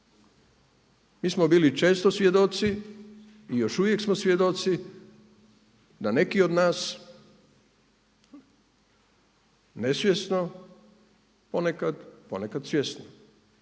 Mi smo bili često svjedoci i još uvijek smo svjedoci da neki od nas nesvjesno ponekad, ponekad svjesno